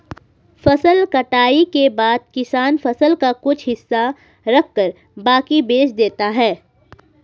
फसल कटाई के बाद किसान फसल का कुछ हिस्सा रखकर बाकी बेच देता है